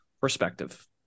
perspective